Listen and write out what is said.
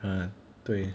哦对